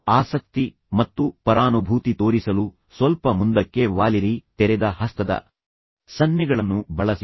ಆಸಕ್ತಿ ಮತ್ತು ಪರಾನುಭೂತಿ ತೋರಿಸಲು ಸ್ವಲ್ಪ ಮುಂದಕ್ಕೆ ವಾಲಿರಿ ತೆರೆದ ಹಸ್ತದ ಸನ್ನೆಗಳನ್ನು ಬಳಸಿ